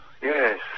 Yes